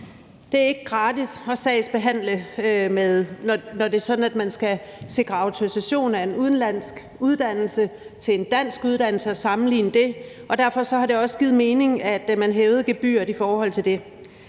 Det er ikke gratis at sagsbehandle, når det er sådan, at man skal sikre autorisation af en udenlandsk uddannelse i forhold til en dansk uddannelse og sammenligne det, og derfor har det også givet mening, at man hævede gebyret i forhold til det.